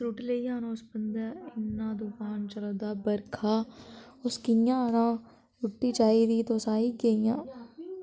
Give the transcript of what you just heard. जिस रुट्टी लेइयै आना उस बंदे इ'न्ना तुफान चला दा बरखा उस कि'यां आना रुट्टी चाहिदी तुस आई गेइयां